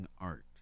art